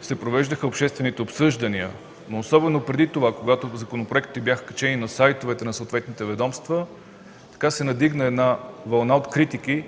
се провеждаха обществените обсъждания, особено преди това – когато законопроектите бяха качени на сайтовете на съответните ведомства, се надигна вълна от критики